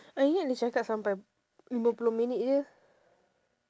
I ingat dia cakap sampai lima puluh minit je